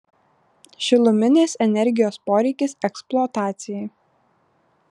šiluminės energijos poreikis eksploatacijai